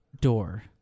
door